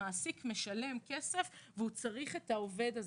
המעסיק משלם כסף והוא צריך את העובד הזה.